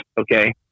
okay